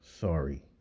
Sorry